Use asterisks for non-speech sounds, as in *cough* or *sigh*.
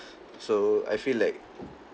*breath* so I feel like